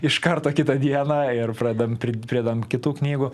iš karto kitą dieną ir pradedam pri pridedam kitų knygų